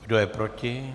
Kdo je proti?